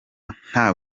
nta